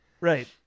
right